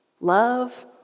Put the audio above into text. Love